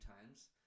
times